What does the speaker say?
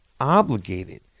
obligated